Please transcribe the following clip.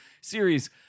series